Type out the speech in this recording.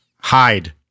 hide